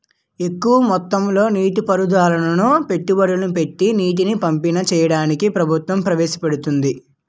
ఎక్కువ మొత్తంలో నీటి పారుదలను పెట్టుబడులు పెట్టీ నీటిని పంపిణీ చెయ్యడాన్ని ప్రభుత్వం ప్రవేశపెడుతోంది